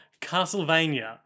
Castlevania